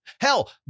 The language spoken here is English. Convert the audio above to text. Hell